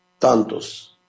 Tantos